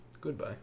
Goodbye